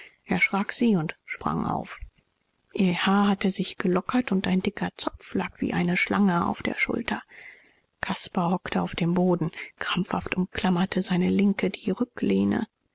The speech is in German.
erschrak sie und sprang auf ihr haar hatte sich gelockert und ein dicker zopf lag wie eine schlange auf der schulter caspar hockte auf dem boden krampfhaft umklammerte seine linke die rücklehne